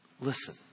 Listen